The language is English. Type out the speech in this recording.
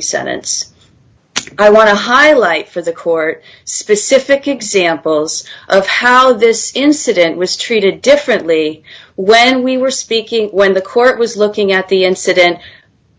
sentence i want to highlight for the court specific examples of how this incident was treated differently when we were speaking when the court was looking at the incident